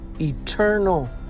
eternal